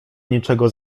niczego